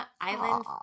Island